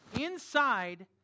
inside